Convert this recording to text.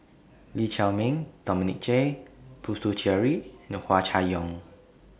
Lee Chiaw Meng Dominic J Puthucheary and Hua Chai Yong